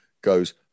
goes